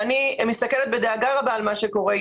אני מסתכלת בדאגה רבה על מה שקורה.